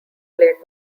played